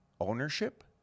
ownership